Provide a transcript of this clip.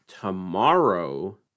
tomorrow